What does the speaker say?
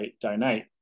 donate